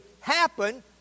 happen